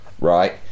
right